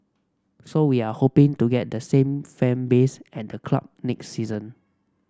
so we're hoping to get the same fan base at the club next season